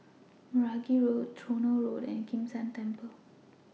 Meragi Road Tronoh Road and Kim San Temple